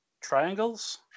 triangles